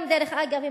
דרך אגב,